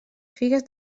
figues